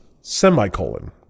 Semicolon